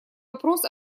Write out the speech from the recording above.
вопрос